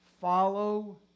Follow